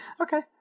okay